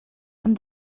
and